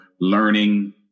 learning